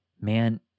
man